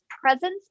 presence